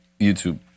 YouTube